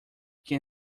can